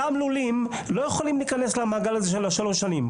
אותם לולים לא יכולים להיכנס למעגל הזה של שלוש השנים.